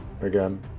again